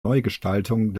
neugestaltung